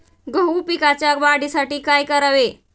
गहू पिकाच्या वाढीसाठी काय करावे?